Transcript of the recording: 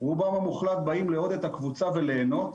רובם המוחלט באים לעודד את הקבוצה וליהנות,